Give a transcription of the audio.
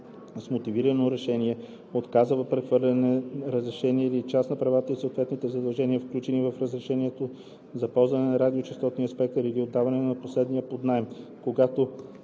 с мотивирано решение отказва прехвърляне на разрешение или част от правата и съответните задължения, включени в разрешение за ползване на радиочестотен спектър или отдаването на последния под наем,